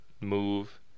move